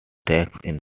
incentives